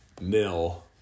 nil